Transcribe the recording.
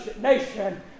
nation